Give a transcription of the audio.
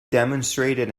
demonstrated